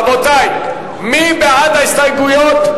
רבותי, מי בעד ההסתייגויות?